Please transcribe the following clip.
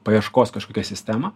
paieškos kažkokią sistemą